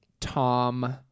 Tom